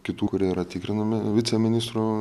kitų kurie yra tikrinami viceministro